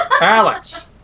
Alex